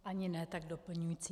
Ani ne tak doplňující.